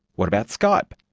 what about skype?